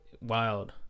wild